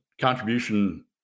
contribution